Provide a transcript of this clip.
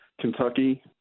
Kentucky